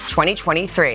2023